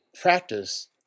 practice